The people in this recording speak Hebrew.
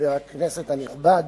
חבר הכנסת הנכבד